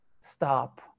stop